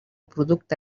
producte